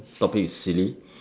topic is silly